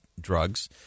drugs